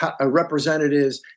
representatives